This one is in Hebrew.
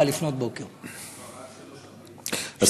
עד 04:00. לא,